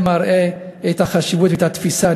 זה מראה את החשיבות ואת התפיסה.